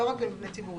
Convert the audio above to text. לא רק למבנה ציבורי.